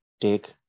take